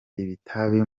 itabi